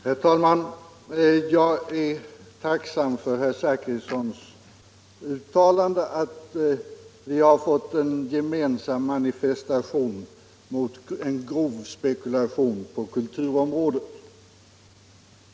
Herr talman! Jag är tacksam för herr Zachrissons uttalande att vi i dag har fått en gemensam manifestation mot en grov spekulation på kulturområdet.